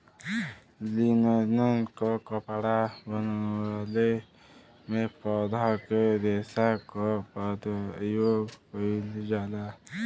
linen क कपड़ा बनवले में पौधा के रेशा क परयोग कइल जाला